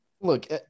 Look